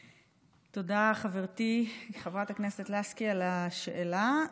תודה, חברתי חברת הכנסת לסקי, על השאלה.